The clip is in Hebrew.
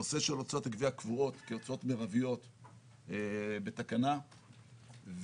נושא הוצאות הגבייה קבועות כהוצאות מרביות בתקנה --- ואתם